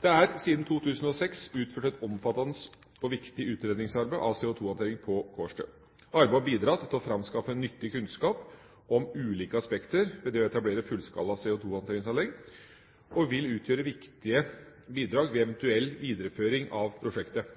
Det er siden 2006 utført et omfattende og viktig utredningsarbeid av CO2-håndtering på Kårstø. Arbeidet har bidratt til å framskaffe nyttig kunnskap om ulike aspekter ved det å etablere fullskala CO2-håndteringsanlegg, og vil utgjøre viktige bidrag ved eventuell videreføring av prosjektet.